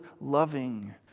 loving